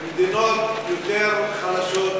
אבל אתה לא רואה שיש מדינות יותר חלשות מישראל,